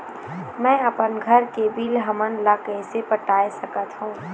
मैं अपन घर के बिल हमन ला कैसे पटाए सकत हो?